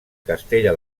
castella